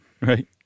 Right